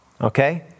Okay